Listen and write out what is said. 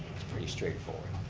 it's pretty straight forward.